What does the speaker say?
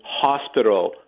hospital